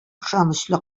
ышанычлы